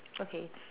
okay